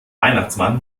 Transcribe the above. weihnachtsmann